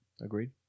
Agreed